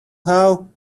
how